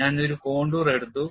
ഞാൻ ഒരു കോണ്ടൂർ എടുത്തു